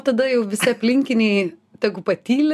tada jau visi aplinkiniai tegu patyli